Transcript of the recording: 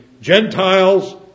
Gentiles